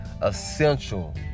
essential